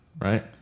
right